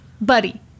buddy